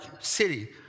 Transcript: city